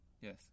Yes